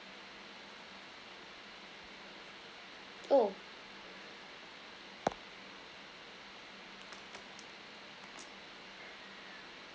oh